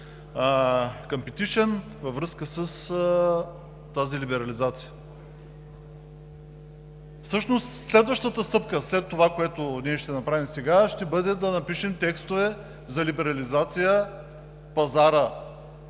във връзка с тази либерализация. Всъщност следващата стъпка след това, което ние ще направим сега, ще бъде да напишем текстове за либерализация на пазара